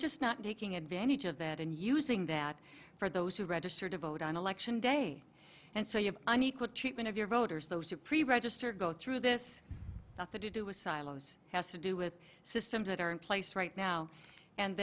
just not taking advantage of that and using that for those who register to vote on election day and so you have an equal treatment of your voters those who pre register go through this nothing to do with silos has to do with systems that are in place right now and